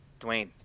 Dwayne